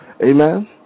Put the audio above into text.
Amen